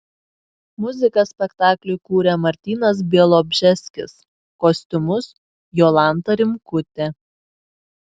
muziką spektakliui kūrė martynas bialobžeskis kostiumus jolanta rimkutė